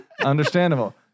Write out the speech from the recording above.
Understandable